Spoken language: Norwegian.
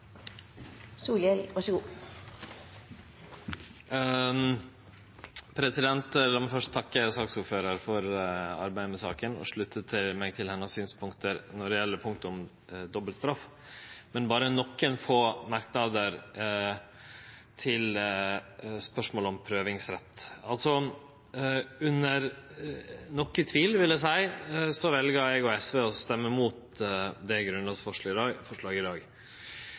La meg først takke saksordføraren for arbeidet med saka og slutte meg til hennar synspunkt når det gjeld punktet om dobbeltstraff. Eg har berre nokre få merknader til spørsmålet om prøvingsrett. Under noko tvil, vil eg seie, vel eg og SV å stemme imot dette grunnlovsforslaget i dag.